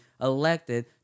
elected